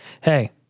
hey